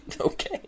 okay